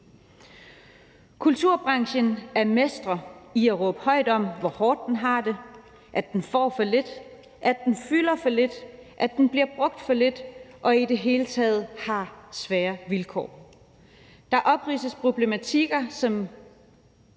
Kulturbranchen er mestre i at råbe højt om, hvor hårdt den har det, at den får for lidt, at den fylder for lidt, at den bliver brugt for lidt og i det hele taget har svære vilkår. Der opridses problematikker